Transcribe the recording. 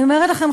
אני אומרת לכם,